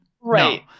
Right